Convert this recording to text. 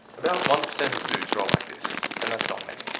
about one percent of dudes roll like this and that's not many.